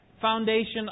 foundation